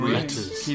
Letters